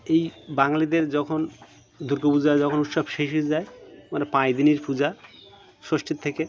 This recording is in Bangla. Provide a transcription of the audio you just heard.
এই বাঙালিদের যখন দুর্গা পূজা যখন উৎসব শেষ হয়েে যায় মানে পাঁচ দিনের পূজা ষষ্ঠীর থেকে